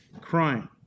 crime